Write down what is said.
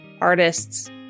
artists